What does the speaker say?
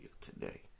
today